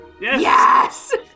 Yes